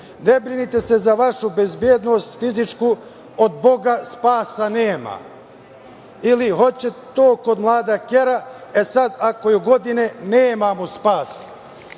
Ne brinite se za vašu bezbednost fizičku, od Boga spasa nema. Ili hoće to kod mlada kera. E sada, ako je u godinama, nema